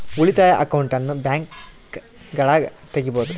ಉಳಿತಾಯ ಅಕೌಂಟನ್ನ ಬ್ಯಾಂಕ್ಗಳಗ ತೆಗಿಬೊದು